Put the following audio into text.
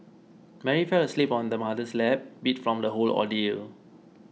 Mary fell asleep on her mother's lap beat from the whole ordeal